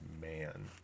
man